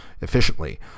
efficiently